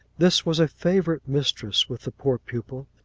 this was a favourite mistress with the poor pupil.